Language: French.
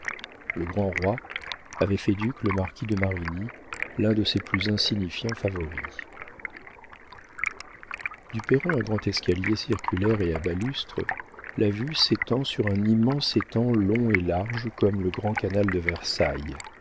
le grand roi avait fait duc le marquis de marigny l'un de ses plus insignifiants favoris du perron à grands escaliers circulaires et à balustres la vue s'étend sur un immense étang long et large comme le grand canal de versailles